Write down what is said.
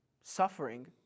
suffering